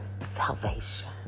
salvation